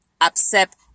accept